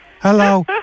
Hello